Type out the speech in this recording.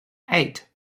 eight